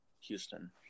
Houston